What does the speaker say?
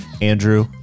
Andrew